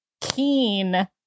keen